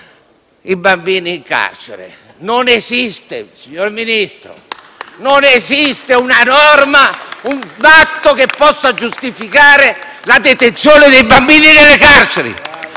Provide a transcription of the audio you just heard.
bambini in carcere. Signor Ministro, non esiste una norma, un atto che possa giustificare la detenzione dei bambini nelle carceri.